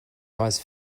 eyes